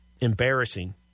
embarrassing